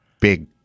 big